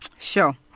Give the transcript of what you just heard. Sure